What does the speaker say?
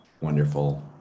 wonderful